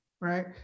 right